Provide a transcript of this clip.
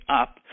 up